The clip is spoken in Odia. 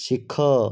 ଶିଖ